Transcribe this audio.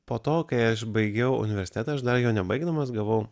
po to kai aš baigiau universitetą aš dar jo nebaigdamas gavau